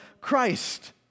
Christ